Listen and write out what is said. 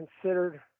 considered